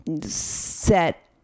set